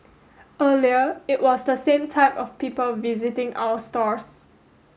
earlier it was the same type of people visiting our stores